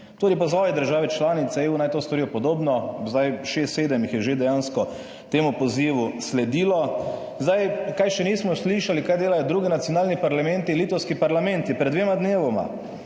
Tudi pozval je države članice EU, naj to storijo podobno, zdaj šest, sedem jih je že dejansko temu pozivu sledilo. Zdaj kaj še nismo slišali, kaj delajo drugi nacionalni parlamenti? Litovski parlamenti je pred dvema dnevoma,